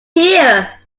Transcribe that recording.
here